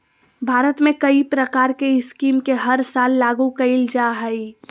भारत में कई प्रकार के स्कीम के हर साल लागू कईल जा हइ